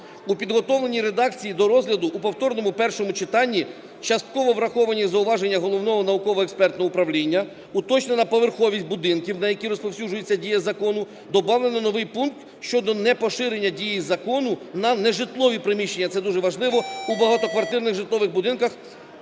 У підготовленій редакції до розгляду у повторному першому читанні частково враховані зауваження Головного науково-експертного управління, уточнена поверховість будинків, на які розповсюджується дія закону, добавлено новий пункт щодо непоширення дії закону на нежитлові приміщення – це дуже важливо – у багатоквартирних житлових будинках